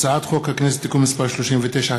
הצעת חוק הכנסת (תיקון מס' 39),